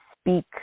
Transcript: speak